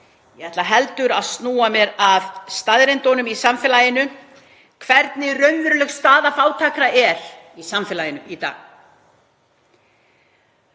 Ég ætla heldur að snúa mér að staðreyndunum í samfélaginu, hvernig raunveruleg staða fátækra er í samfélaginu í dag.